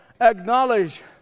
acknowledge